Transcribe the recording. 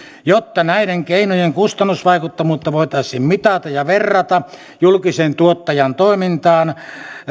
jotta näiden keinojen kustannusvaikuttavuutta voitaisiin mitata ja verrata julkisen tuottajan toimintaan